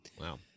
Wow